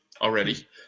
already